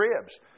ribs